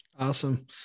Awesome